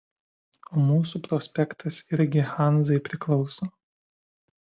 o mūsų prospektas irgi hanzai priklauso